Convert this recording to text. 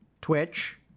Twitch